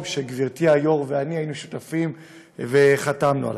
שגברתי היו"ר ואני היינו שותפים וחתמנו עליו.